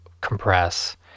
compress